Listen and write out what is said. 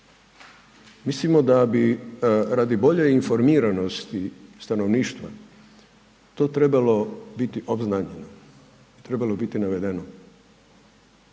Mislimo da bi radi bolje informiranosti stanovništva to trebalo biti obznanjeno, trebalo biti navedeno